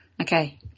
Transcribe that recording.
Okay